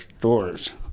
doors